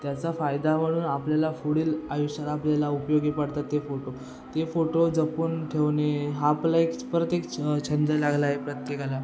त्याचा फायदा म्हणून आपल्याला पुढील आयुष्यात आपल्याला उपयोगी पडतात ते फोटो ते फोटो जपून ठेवणे हा आपला एक परत एक छंद लागलाय प्रत्येकाला